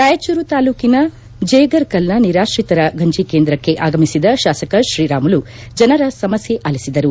ರಾಯಚೂರು ತಾಲೂಕಿನ ಜೇಗರಕಲ್ನ ನಿರಾತ್ರಿತರ ಗಂಜಿ ಕೇಂದ್ರಕ್ಷೆ ಆಗಮಿಸಿದ ಶಾಸಕ ತ್ರೀರಾಮುಲು ಜನರ ಸಮಸ್ಥೆ ಅಲಿಸಿದರು